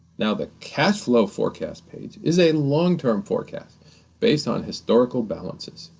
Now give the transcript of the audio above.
now the cashflow forecast page is a long term forecast based on historical balances.